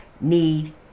Need